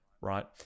right